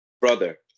Brother